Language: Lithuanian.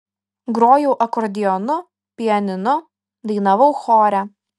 grojau akordeonu pianinu dainavau chore